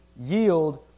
yield